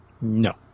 No